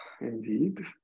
indeed